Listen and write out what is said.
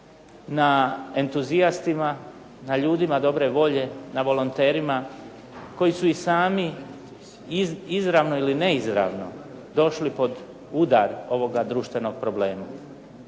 na entuzijastima, na ljudima dobre volje, na volonterima koji su i sami izravno ili neizravno došli pod udar ovoga društvenog problema.